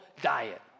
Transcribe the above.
diet